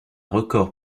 record